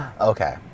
Okay